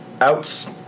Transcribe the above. outs